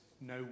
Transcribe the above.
no